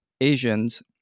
Asians